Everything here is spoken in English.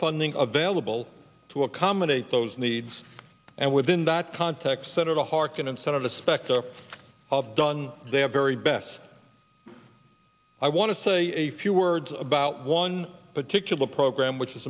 funding available to accommodate those needs and within that context senator harkin instead of the specter of done their very best i want to say a few words about one particular program which is